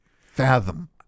fathom